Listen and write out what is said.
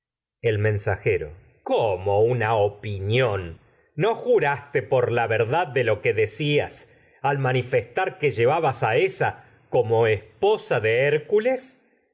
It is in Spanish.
el mensajero cómo una opinión no juraste por la verdad de lo que decías a al manifestar que lleva bas ésa como esposa como de hércules